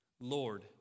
Lord